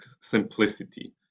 simplicity